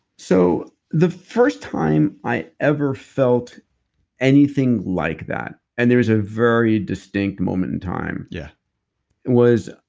so the first time i ever felt anything like that, and there was a very distinct moment in time, yeah was.